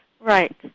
Right